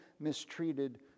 mistreated